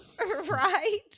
Right